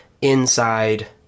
inside